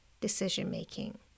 decision-making